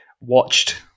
watched